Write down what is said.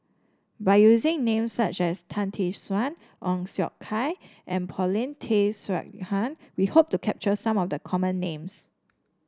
by using names such as Tan Tee Suan Ong Siong Kai and Paulin Tay Straughan we hope to capture some of the common names